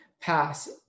pass